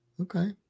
Okay